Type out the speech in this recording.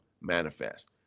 manifest